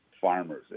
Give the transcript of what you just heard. farmers